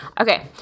Okay